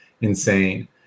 insane